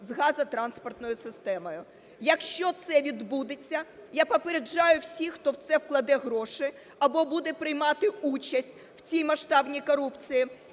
з газотранспортною системою. Якщо це відбудеться, я попереджаю всіх, хто в це вкладе гроші або буде приймати участь в цій масштабній корупції,